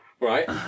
Right